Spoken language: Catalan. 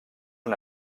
una